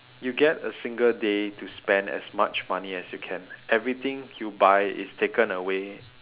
you get a single day to spend as much money as you can everything you buy is taken away